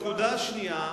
בסדר,